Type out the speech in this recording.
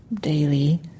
daily